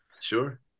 Sure